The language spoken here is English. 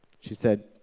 she said,